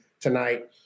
tonight